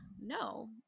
No